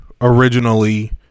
originally